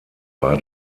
war